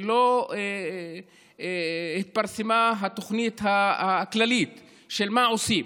לא התפרסמה התוכנית הכללית של מה עושים.